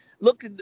Look